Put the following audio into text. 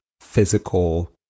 physical